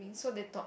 so they talk